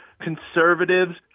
conservatives